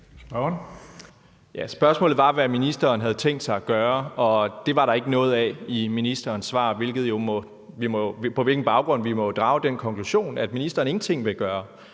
Spørgsmålet var, hvad ministeren havde tænkt sig at gøre, og det var der ikke noget af i ministerens svar, på hvilken baggrund vi må drage den konklusion, at ministeren ingenting vil gøre.